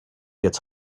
it’s